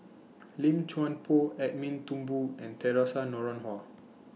Lim Chuan Poh Edwin Thumboo and Theresa Noronha